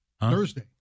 thursday